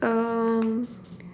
um